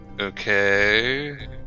okay